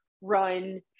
run